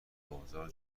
بازار